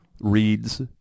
reads